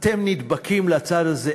אתם נדבקים לצד הזה,